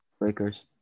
Lakers